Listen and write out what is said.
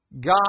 God